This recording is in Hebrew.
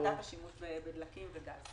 הפחתת השימוש בדלקים ובגז.